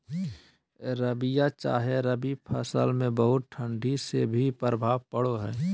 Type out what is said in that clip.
रबिया चाहे रवि फसल में बहुत ठंडी से की प्रभाव पड़ो है?